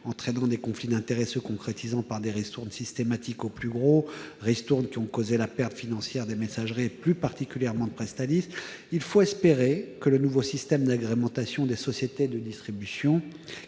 entraînant des conflits d'intérêts qui se concrétisaient par des ristournes systématiques accordées aux plus gros. Ces ristournes ont causé la perte financière des messageries, et plus particulièrement de Presstalis. Il faut espérer que le nouveau système d'agrémentation des sociétés de distribution,